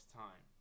time